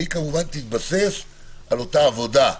והיא כמובן תתבסס על אותה עבודה,